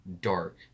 dark